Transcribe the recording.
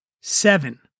Seven